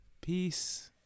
Peace